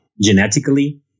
genetically